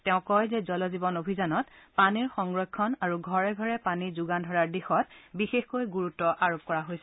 তেওঁ কয় যে জল জীৱন অভিযানত পানী সংৰক্ষণ আৰু ঘৰে ঘৰে পানী যোগান ধৰাৰ দিশত গুৰুত্ব আৰোপ কৰা হৈছে